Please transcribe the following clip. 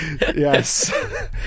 yes